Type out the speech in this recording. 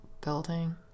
building